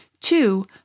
Two